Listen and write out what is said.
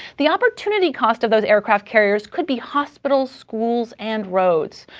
the opportunity cost of those aircraft carriers could be hospitals, schools, and roads.